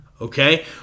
Okay